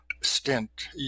stint